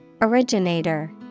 Originator